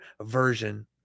version